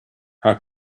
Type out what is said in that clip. how